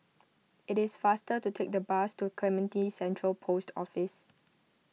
it is faster to take the bus to Clementi Central Post Office